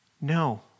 No